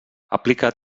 aplica